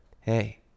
hey